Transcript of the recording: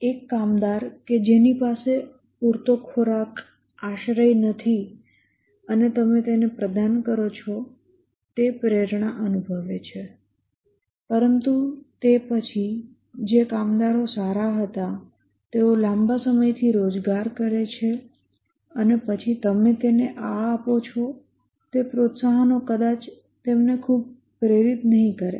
એક કામદાર કે જેની પાસે પૂરતો ખોરાક આશ્રય નથી અને તમે તેને પ્રદાન કરો છો તે પ્રેરણા અનુભવે છે પરંતુ તે પછી જે કામદારો સારા હતા તેઓ લાંબા સમયથી રોજગાર કરે છે અને પછી તમે તેમને આ આપો છો તે પ્રોત્સાહનો કદાચ તેમને ખૂબ પ્રેરિત નહીં કરે